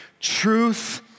truth